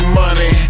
money